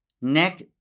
neck